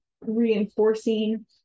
reinforcing